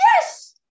Yes